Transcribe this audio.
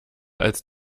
als